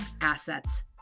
assets